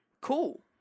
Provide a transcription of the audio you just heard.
Cool